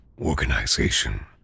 organization